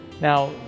now